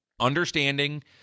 understanding